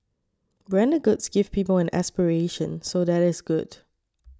branded goods give people an aspiration so that is good